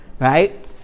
right